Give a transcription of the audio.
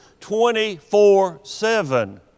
24-7